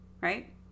Right